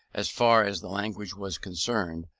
as far as the language was concerned,